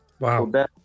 Wow